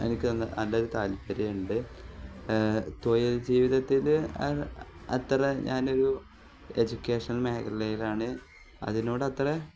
എനിക്ക് നല്ല ഒരു താല്പര്യമുണ്ട് തൊഴിൽ ജീവിതത്തിൽ അത്ര ഞാൻ ഒരു എജ്യൂക്കേഷൽ മേഖലയിലാണ് അതിനോട് അത്ര